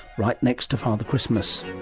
right next to father christmas